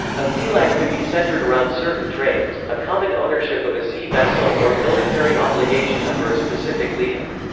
a felag could be centred around certain trades, a common ownership of a sea vessel or a military obligation under a specific leader.